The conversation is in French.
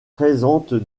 présente